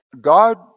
God